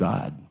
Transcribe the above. God